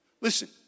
Listen